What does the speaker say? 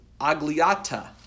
agliata